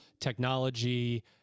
technology